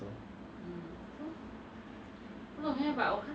I mean like even when I watch all the videos of those people who